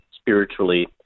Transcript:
spiritually